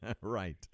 Right